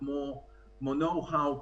כמו know how,